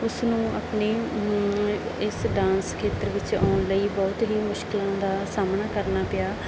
ਉਸ ਨੂੰ ਆਪਣੇ ਇਸ ਡਾਂਸ ਖੇਤਰ ਵਿੱਚ ਆਉਣ ਲਈ ਬਹੁਤ ਹੀ ਮੁਸ਼ਕਲਾਂ ਦਾ ਸਾਹਮਣਾ ਕਰਨਾ ਪਿਆ